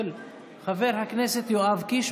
של חבר הכנסת יואב קיש.